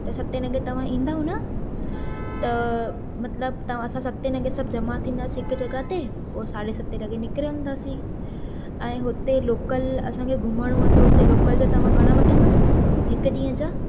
त सते लॻे तव्हां ईंदव न त मतिलबु तव्हां असां सते लॻे जमा थींदासीं हिकु जॻहि ते पोइ साढे सते लॻे निकिरंदासीं सीं ऐं हुते लोकल असांखे घुमिणो आहे त लोकल जा तव्हां घणा वठंदो हिकु ॾींहं जा